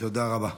תודה רבה.